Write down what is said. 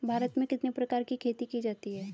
भारत में कितने प्रकार की खेती की जाती हैं?